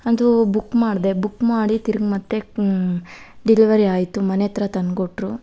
ಅಂತೂ ಬುಕ್ ಮಾಡಿದೆ ಬುಕ್ ಮಾಡಿ ತಿರ್ಗ ಮತ್ತೆ ಡಿಲ್ವರಿ ಆಯಿತು ಮನೆ ಹತ್ರ ತಂದ್ಕೊಟ್ರು